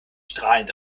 strahlend